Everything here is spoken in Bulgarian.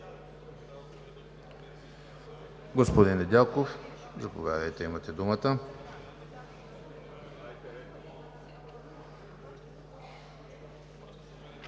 Господин Недялков, заповядайте – имате думата.